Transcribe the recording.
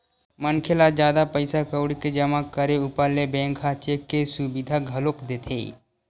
मनखे ल जादा पइसा कउड़ी के जमा करे ऊपर ले बेंक ह चेक के सुबिधा घलोक देथे